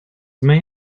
may